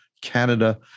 Canada